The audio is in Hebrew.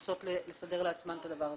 שמנסות לסדר לעצמן את הדבר הזה.